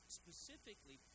specifically